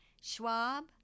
Schwab